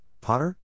Potter